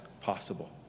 possible